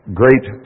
great